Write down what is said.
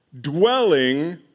dwelling